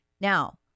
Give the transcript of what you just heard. Now